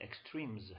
extremes